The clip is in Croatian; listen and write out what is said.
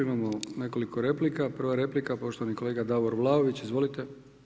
Imamo nekoliko replika, prva replika poštovani kolega Davor Vlaović, izvolite.